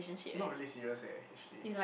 not really serious eh actually